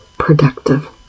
productive